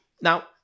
Now